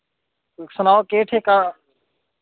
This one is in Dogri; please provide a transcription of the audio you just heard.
सनाओ केह् ठेका